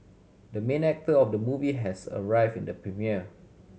the main actor of the movie has arrive in the premiere